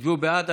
הצביעו בעד.